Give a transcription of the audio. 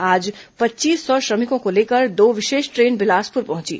आज पच्चीस सौ श्रमिकों को लेकर दो विशेष ट्रेन बिलासपुर पहुंची